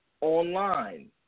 online